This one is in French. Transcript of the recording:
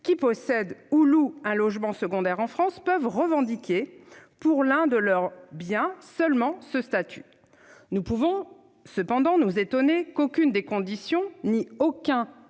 qui possèdent ou louent un logement secondaire en France peuvent- pour l'un de leurs biens seulement -revendiquer ce statut. Nous pouvons cependant nous étonner qu'aucune des conditions ni aucun